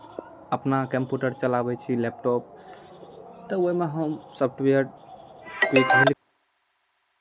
अपना कम्प्यूटर चलाबै छी लैपटॉप तऽ ओहिमे हम सॉफ्टवेयर